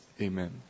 Amen